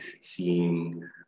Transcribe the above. seeing